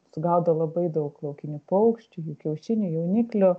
sugaudo labai daug laukinių paukščių kiaušinių jauniklių